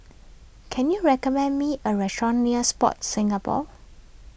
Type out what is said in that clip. can you recommend me a restaurant near Sport Singapore